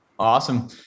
Awesome